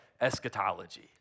eschatology